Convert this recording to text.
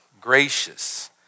gracious